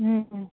હમ